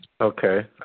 okay